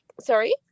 sorry